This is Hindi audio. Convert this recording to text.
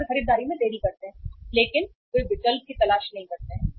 और वे खरीदारी में देरी करते हैं लेकिन वे विकल्प की तलाश नहीं करते हैं